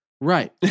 Right